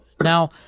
Now